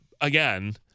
again